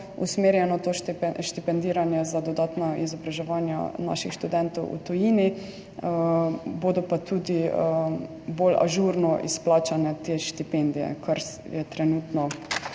usmerjeno to štipendiranje za dodatna izobraževanja naših študentov v tujini. Bodo pa tudi bolj ažurno izplačane te štipendije, kar je trenutno